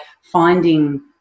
finding